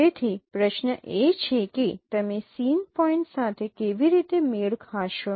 તેથી પ્રશ્ન એ છે કે તમે સીન પોઇન્ટ સાથે કેવી રીતે મેળ ખાશો